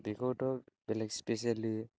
बेखौथ' बेलेग स्पेसेलि